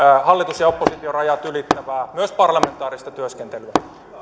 hallitus ja oppositiorajat ylittävää myös parlamentaarista työskentelyä